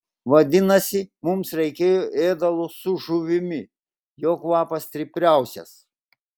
vadinasi mums reikia ėdalo su žuvimi jo kvapas stipriausias